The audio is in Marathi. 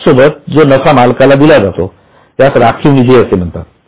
त्याचसोबत जो नफा मालकाला दिला जातो त्यास राखीव निधी असे म्हणतात